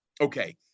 okay